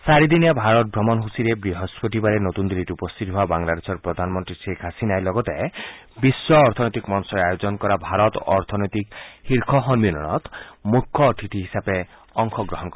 চাৰিদিনীয়া ভাৰত ভ্ৰমণ সূচীৰে বৃহস্পতিবাৰে নতূন দিন্নীত উপস্থিত হোৱা বাংলাদেশৰ প্ৰধানমন্নী শ্বেখ হাছিনাই লগতে বিশ্ব অৰ্থনৈতিক মঞ্চই আয়োজন কৰা ভাৰত অৰ্থনৈতিক শীৰ্ষ সন্মিলনত মুখ্য অতিথি হিচাপে অংশগ্ৰহণ কৰিব